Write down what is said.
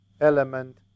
element